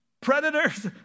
Predators